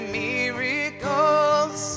miracles